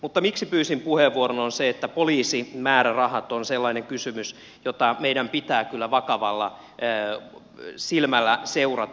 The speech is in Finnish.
mutta syy siihen miksi pyysin puheenvuoron on se että poliisimäärärahat on sellainen kysymys jota meidän pitää kyllä vakavalla silmällä seurata